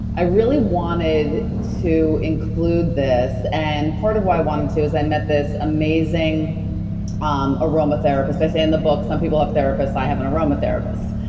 i really wanted to include this and part of why i wanted to is i met this amazing um aromatherapist. i say in the book, some people have therapists, i have an aromatherapist.